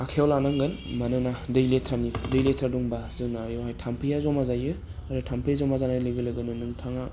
आखायाव लानांगोन मानोना दै लेथ्रानि दै लेथ्रा दंबा जों माबायावहाय थाम्फैआ ज'मा जायो आरो थाम्फै ज'मा जानाय लोगो लोगोनो नोंथाङा